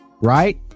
right